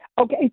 Okay